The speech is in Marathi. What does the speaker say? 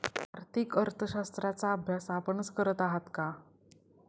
आर्थिक अर्थशास्त्राचा अभ्यास आपणच करत आहात का?